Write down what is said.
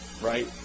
right